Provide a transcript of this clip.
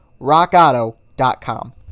rockauto.com